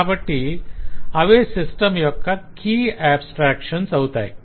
కాబట్టి అవే సిస్టం యొక్క కీ ఆబస్ట్రాక్షన్స్ అవుతాయి